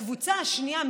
לקבוצה השנייה,